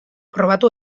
probatu